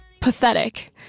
pathetic